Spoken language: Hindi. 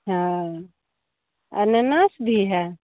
हाँ अनारस भी है